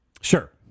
Sure